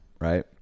Right